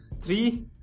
Three